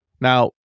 Now